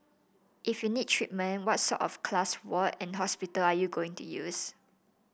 if you need treatment what sort of class ward and hospital are you going to use